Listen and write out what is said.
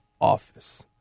office